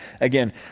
Again